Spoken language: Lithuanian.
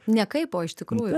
ne kaip o iš tikrųjų